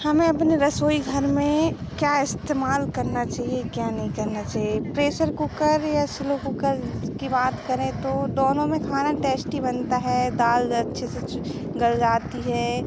हमें अपने रसोई घर में क्या इस्तेमाल करना चाहिए क्या नहीं करना चाहिए प्रेसर कुकर या स्लो कुकर की बात करें तो दोनो में खाना टैस्टी बनता है दाल अच्छे से गल जाती है